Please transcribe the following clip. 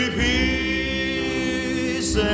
peace